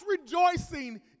rejoicing